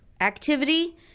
Activity